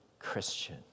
Christian